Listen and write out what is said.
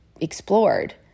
explored